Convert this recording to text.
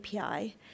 API